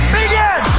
Begin